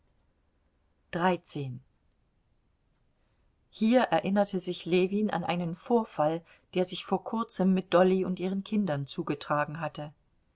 hier erinnerte sich ljewin an einen vorfall der sich vor kurzem mit dolly und ihren kindern zugetragen hatte